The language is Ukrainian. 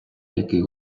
який